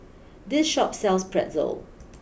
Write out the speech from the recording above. this Shop sells Pretzel